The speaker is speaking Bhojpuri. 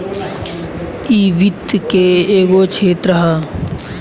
इ वित्त के एगो क्षेत्र ह